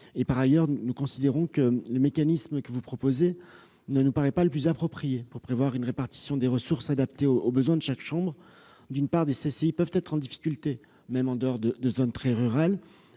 Par ailleurs, le mécanisme proposé ne nous paraît pas le plus approprié pour assurer une répartition des ressources adaptées aux besoins de chaque chambre : d'une part, des CCI peuvent être en difficulté en dehors des zones très rurales,